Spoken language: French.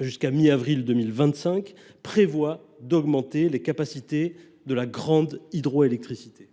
jusqu’à la mi avril 2025, prévoit d’augmenter les capacités de la grande hydroélectricité.